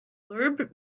blurb